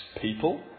people